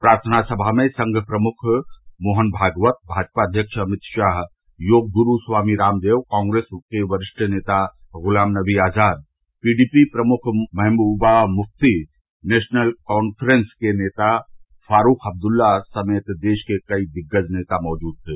प्रार्थना समा में संघ प्रमुख मोहन भागवत भाजपा अध्यक्ष अभित शाह योग ग्रू स्वामी रामदेव कांग्रेस के वरिष्ठ नेता गुलाम नबी आजाद पीडीपी प्रमुख महबूबा मुफ्ती नेशनल कांफ्रेंस के नेता फारूख अब्दुल्ला समेत देश के कई दिग्गज नेता मौजूद थे